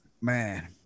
man